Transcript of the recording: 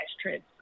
trips